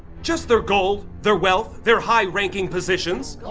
just their gold, their wealth, their high-ranking positions!